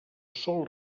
sol